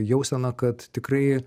jauseną kad tikrai